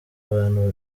bantu